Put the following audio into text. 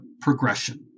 progression